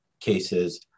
cases